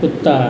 कुत्ता